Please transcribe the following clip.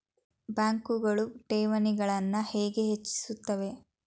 ಬ್ಯಾಂಕುಗಳು ಠೇವಣಿಗಳನ್ನು ಹೇಗೆ ಹೆಚ್ಚಿಸುತ್ತವೆ?